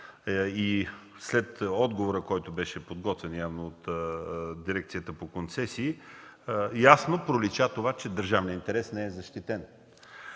и след отговора, който беше подготвен явно от дирекцията по концесии, ясно пролича, че държавният интерес не е защитен.